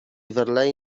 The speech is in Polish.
verlai